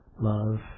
love